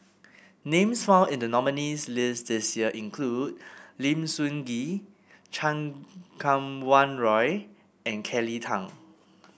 names found in the nominees' list this year include Lim Sun Gee Chan Kum Wah Roy and Kelly Tang